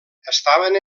estaven